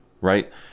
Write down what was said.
right